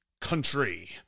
country